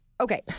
Okay